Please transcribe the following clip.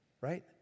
Right